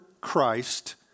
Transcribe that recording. Christ